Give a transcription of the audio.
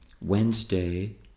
Wednesday